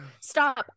stop